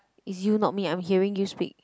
is you not me I'm hearing you speak